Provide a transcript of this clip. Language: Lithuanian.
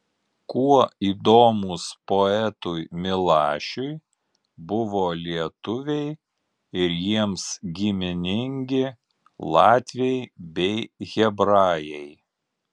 kuo įdomūs poetui milašiui buvo lietuviai ir jiems giminingi latviai bei hebrajai